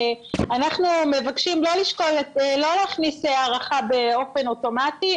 אנחנו מבקשים לא להכניס הארכה באופן אוטומטי,